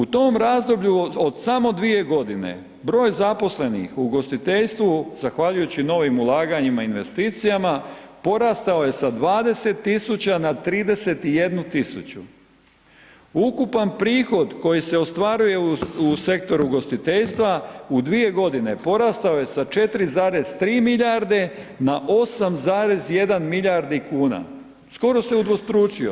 U tom razdoblju od samo dvije godine broj zaposlenih u ugostiteljstvu zahvaljujući novim ulaganjima i investicijama porastao je sa 20 tisuća na 31 tisuću, ukupan prihod koji se ostvaruje u sektoru ugostiteljstva u dvije godine porastao je sa 4,3 milijarde na 8,1 milijardu kuna, skoro se udvostručio.